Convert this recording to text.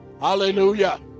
Hallelujah